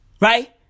right